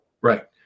right